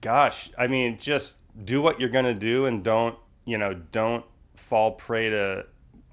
gosh i mean just do what you're going to do and don't you know don't fall prey to